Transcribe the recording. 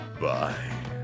Bye